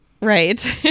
Right